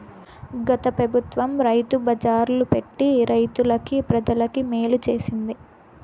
గత పెబుత్వం రైతు బజార్లు పెట్టి రైతులకి, ప్రజలకి మేలు చేసింది